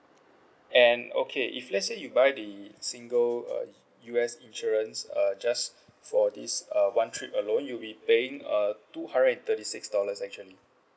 and okay if let's say you buy the single uh U_S insurance uh just for this uh one trip alone you'll be paying uh two hundred and thirty six dollars actually